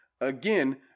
Again